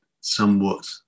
somewhat